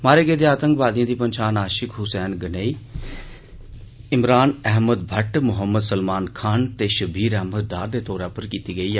मारे गेदे आतंकवादिएं दी पन्छान आशिक हुसैन गनेई इमरान अहमद भट्ट मोहम्मद सलमान खान ते शब्बीर अहमद डार दे तौरा पर कीती गेई ऐ